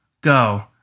Go